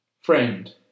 Friend